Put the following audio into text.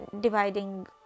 dividing